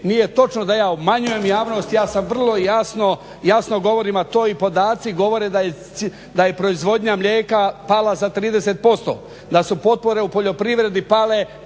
nije točno da ja obmanjujem javnost kada govorim da je proizvodnja mlijeka pala za 30%, da su potpore u poljoprivredi pale